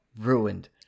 ruined